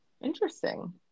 Interesting